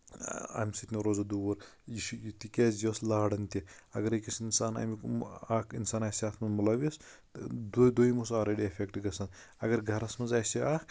اَمہِ سۭتۍ نہ روزو دوٗر یہِ چھِ تِکیازِ یہِ ٲسۍ لاران تہِ اَگر أکِس اِنسان اکھ اِنسان آسہِ اَتھ منٛز مُلوِس تہٕ دٔیم اوس اولریڑی ایٚفیکٹ گژھان اَگر گرَس منٛز آسہِ ہا اکھ